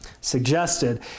suggested